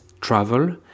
travel